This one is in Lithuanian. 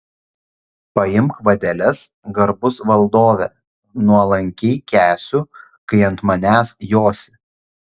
paimk vadeles garbus valdove nuolankiai kęsiu kai ant manęs josi